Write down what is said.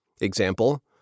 Example